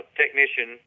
technician